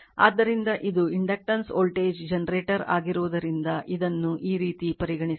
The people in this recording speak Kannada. ಆದ್ದರಿಂದ ಇದು ಇಂಡಕ್ಟನ್ಸ್ ವೋಲ್ಟೇಜ್ ಜನರೇಟರ್ ಆಗಿರುವುದರಿಂದ ಇದನ್ನು ಈ ರೀತಿ ಪರಿಗಣಿಸಬೇಕು